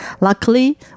Luckily